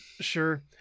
Sure